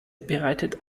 bereitet